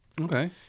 okay